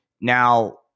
now